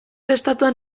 estatuan